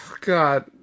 god